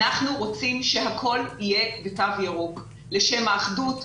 אנחנו רוצים שהכול יהיה בתו ירוק לשם האחדות,